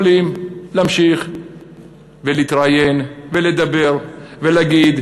יכולים להמשיך ולהתראיין ולדבר ולהגיד: